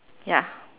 ya